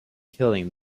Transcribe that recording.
killing